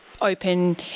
open